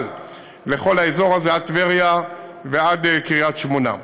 לכל האזור הזה עד טבריה ועד קריית-שמונה.